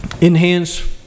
enhance